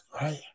right